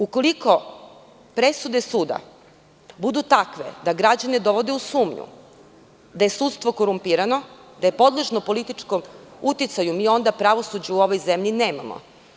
Ukoliko presude suda budu takve da građane dovode u sumnju da je sudstvo korumpirano, da je podložno političkom uticaju, mi onda pravosuđe u ovoj zemlji nemamo.